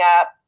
up